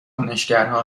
کنشگرها